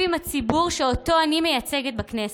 עם הציבור שאותו אני מייצגת בכנסת.